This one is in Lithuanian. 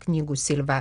knygų silva